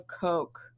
Coke